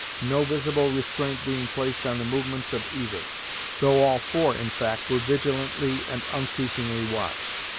no visible restraint being placed on the movements of either though all four, in fact, were vigilantly and unceasingly watched.